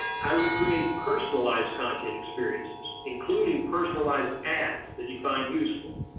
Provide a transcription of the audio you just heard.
how do we create personalized content experiences, including personalized ads that you find useful.